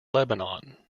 lebanon